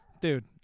Dude